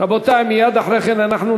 שמבוצעים על-ידי יהודים